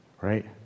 right